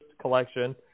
collection